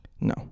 No